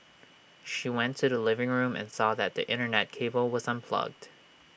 she went to the living room and saw that the Internet cable was unplugged